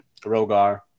Rogar